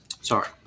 Sorry